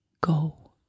go